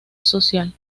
social